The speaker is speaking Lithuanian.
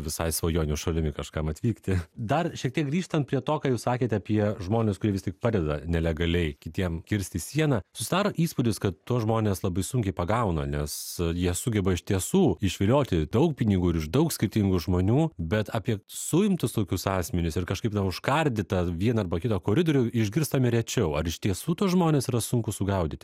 visai svajonių šalimi kažkam atvykti dar šiek tiek grįžtant prie to ką jūs sakėt apie žmones kurie vis tik padeda nelegaliai kitiem kirsti sieną susidaro įspūdis kad tuos žmones labai sunkiai pagauna nes jie sugeba iš tiesų išvilioti daug pinigų ir iš daug skirtingų žmonių bet apie suimtus tokius asmenis ir kažkaip na užkardytą vieną arba kitą koridorių išgirstame rečiau ar iš tiesų tuos žmones yra sunku sugaudyti